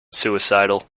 suicidal